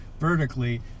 vertically